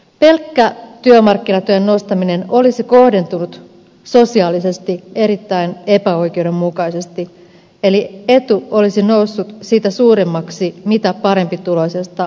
pelkkä työmarkkinatuen nostaminen olisi kohdentunut sosiaalisesti erittäin epäoikeudenmukaisesti eli etu olisi noussut sitä suuremmaksi mitä parempituloisesta on kysymys